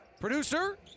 producer